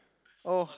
oh